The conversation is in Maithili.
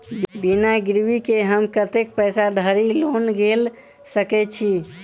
बिना गिरबी केँ हम कतेक पैसा धरि लोन गेल सकैत छी?